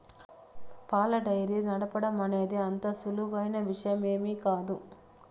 పాల డెయిరీ నడపటం అనేది అంత సులువైన విషయమేమీ కాదు